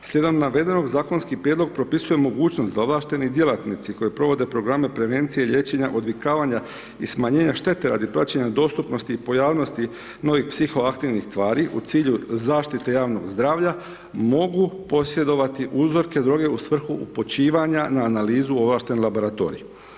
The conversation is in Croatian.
Slijedom navedenog zakonski prijedlog propisuje mogućnost da ovlašteni djelatnici, koje provode programe prevencije liječenja odvikavanja i smanjenja štete radi praćenja dostupnosti i pojavnosti novih psihoaktivnih tvari, u cilju zaštite javnog zdravlja, mogu posjedovati uzroke droge u svrhu počivanja na analizu ovlašten laboratorij.